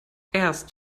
erst